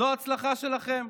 זו ההצלחה שלכם?